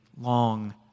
long